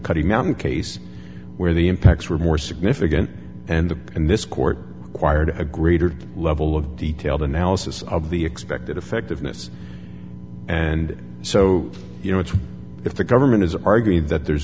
cutting mountain case where the impacts were more significant and the and this court quired a greater level of detailed analysis of the expected effectiveness and so you know it's if the government is arguing that there's